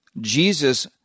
Jesus